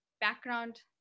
background